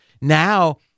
Now